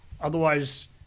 otherwise